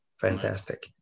fantastic